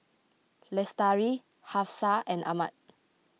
Lestari Hafsa and Ahmad